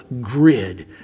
grid